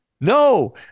No